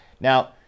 Now